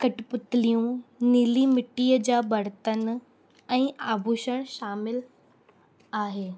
कट्टपुतलियूं नीली मिटीअ जा बर्तन ऐं आभुषण शामिल आहे